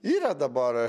yra dabar